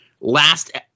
last